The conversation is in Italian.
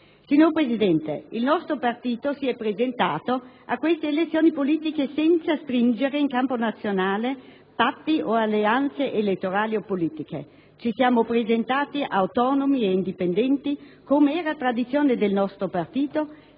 Signor Presidente, il nostro partito si è presentato a queste elezioni politiche senza stringere in campo nazionale patti o alleanze elettorali o politiche. Ci siamo presentati autonomi ed indipendenti, come era tradizione del nostro partito,